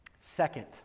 second